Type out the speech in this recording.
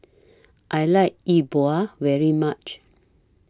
I like Yi Bua very much